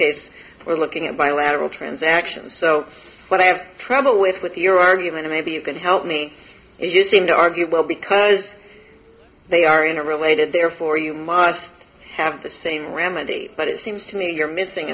case we're looking at bilateral transactions so what i have trouble with with your argument maybe you can help me and you seem to argue well because they are interrelated therefore you must have the same remedy but it seems to me you're missing